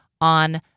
on